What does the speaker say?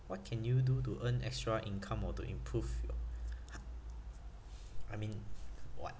what can you do to earn extra income or to improve your I mean what